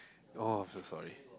oh I'm so sorry